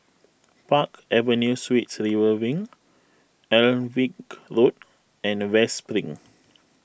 Park Avenue Suites River Wing Alnwick Road and West Spring